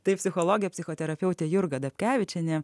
tai psichologė psichoterapeutė jurga dapkevičienė